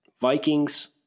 Vikings